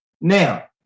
Now